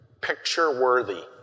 picture-worthy